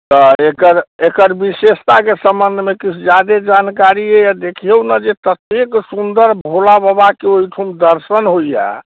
तऽ एकर एकर विशेषताके सम्बन्धमे किछु जादे जानकारी अइ देखियौ ने जे ततेक सुन्दर भोला बाबाके ओहिठम दर्शन होइए